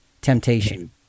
temptation